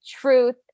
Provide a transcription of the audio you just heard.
truth